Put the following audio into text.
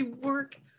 work